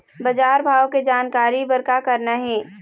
बजार भाव के जानकारी बर का करना हे?